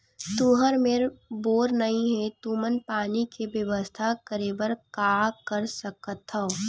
तुहर मेर बोर नइ हे तुमन पानी के बेवस्था करेबर का कर सकथव?